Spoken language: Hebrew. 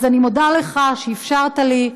אז אני מודה לך שאפשרת לי,